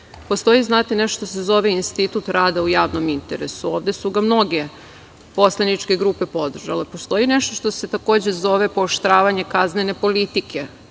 pročitan. Postoji, znate, nešto što se zove institut rada u javnom interesu, ovde su ga mnoge poslaničke grupe podržale. Postoji nešto što se takođe zove pooštravanje kaznene politike.